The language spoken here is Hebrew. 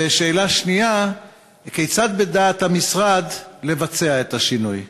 2. כיצד בדעת המשרד לבצע את השינוי?